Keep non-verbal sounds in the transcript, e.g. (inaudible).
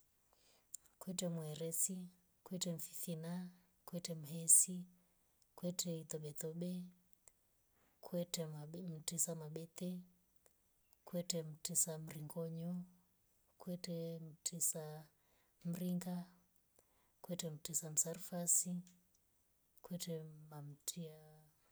Kwetye mweresi. kwetye mfifima. kwetye mhesi. kwetye itobeitobe. kwetye mtizamabete. kwetye mtisa mringoyo. kwetye mti sa mringa. kwetye mti msalfasi. kwetye mamti ya. (unintelligible)